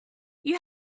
you